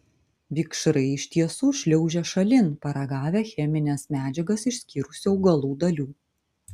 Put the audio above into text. vikšrai iš tiesų šliaužia šalin paragavę chemines medžiagas išskyrusių augalų dalių